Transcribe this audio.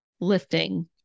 lifting